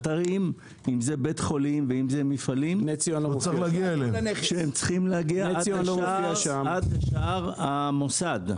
אם זה בתי חולים ומפעלים שצריכים להגיע עד לשער המוסד.